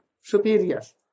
superiors